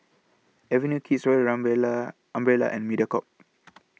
Avenue Kids Royal Umbrella Umbrella and Mediacorp